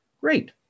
Great